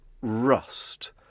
rust